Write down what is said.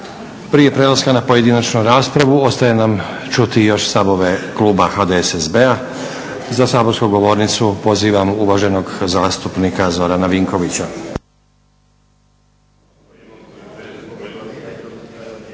Prije prelaska na pojedinačnu raspravu ostaje nam čuti još stavove kluba HDSSB-a. Za saborsku govornicu pozivam uvaženog zastupnika Zorana Vinkovića.